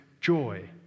joy